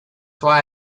why